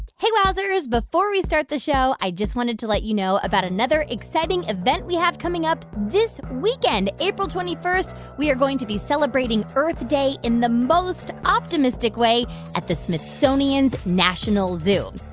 hey, wowzers, before we start the show, i just wanted to let you know about another exciting event we have coming up this weekend. april twenty one, we are going to be celebrating earth day in the most optimistic way at the smithsonian's national zoo.